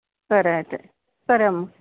సరే అయితే సరే అమ్మ